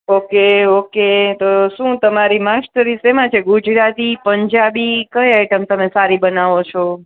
okay okay તો શું તમારે માસ્ટરી શેમાં છે ગુજરાતી પંજાબી કઈ આઈટમ તમે સારી બનાવો છો